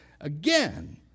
Again